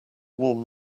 warm